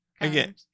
Again